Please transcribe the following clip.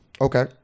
Okay